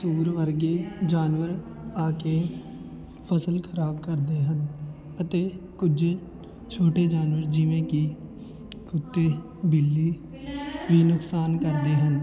ਸੂਰ ਵਰਗੇ ਜਾਨਵਰ ਆ ਕੇ ਫ਼ਸਲ ਖ਼ਰਾਬ ਕਰਦੇ ਹਨ ਅਤੇ ਕੁਝ ਛੋਟੇ ਜਾਨਵਰ ਜਿਵੇਂ ਕਿ ਕੁੱਤੇ ਬਿੱਲੀ ਵੀ ਨੁਕਸਾਨ ਕਰਦੇ ਹਨ